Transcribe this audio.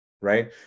Right